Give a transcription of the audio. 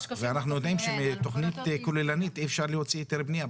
ואנחנו יודעים שמתכנית כוללנית אי אפשר להוציא היתר בניה.